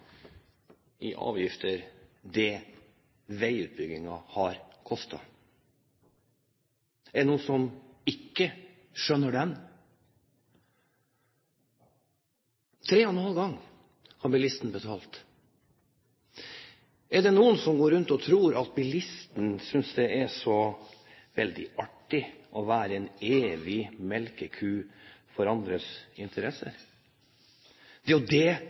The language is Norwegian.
i avgifter det veiutbyggingen har kostet. Er det noen som ikke skjønner den? Tre og en halv gang har bilisten betalt. Er det noen som går rundt og tror at bilisten synes det er så veldig artig å være en evig melkeku for andres interesser? Det er jo det